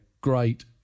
great